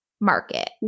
market